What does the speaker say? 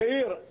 יאיר,